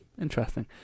interesting